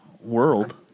world